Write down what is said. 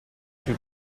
più